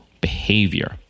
behavior